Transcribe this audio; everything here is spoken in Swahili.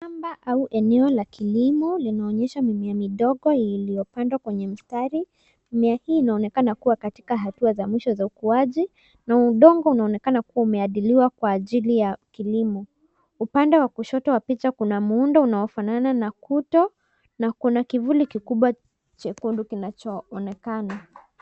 Shamba, au eneo la kilimo, linaonyesha mimea midogo, iliopandwa kwenye mistari, mimea hii inaonekana kuwa katika hatua za mwisho za ukuaji, na udongo unaonekana kuwa umeadiliwa kwa ajili ya kilimo. Upande wa kushoto wa picha kuna muundo unaofanana na kuto, na kuna kivuli kikubwa chekundu kinachoonekana.